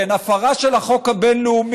שהן הפרה של החוק הבין-לאומי,